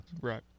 Right